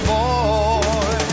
boy